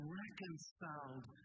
reconciled